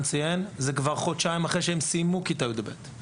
זה כבר חודשים אחרי שהם סיימו כיתה י"ב .